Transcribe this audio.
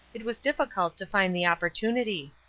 it was difficult to find the opportunity.